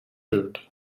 hud